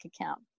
account